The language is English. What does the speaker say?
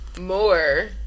more